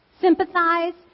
sympathize